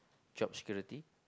job security